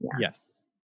yes